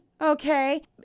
okay